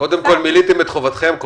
מילאתם את חובתכם,